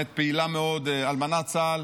אלמנת צה"ל,